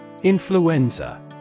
Influenza